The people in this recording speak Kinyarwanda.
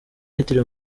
yitiriwe